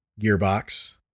Gearbox